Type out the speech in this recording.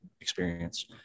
experience